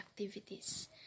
activities